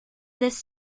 this